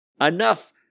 Enough